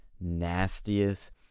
nastiest